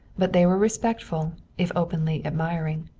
but they were respectful if openly admiring.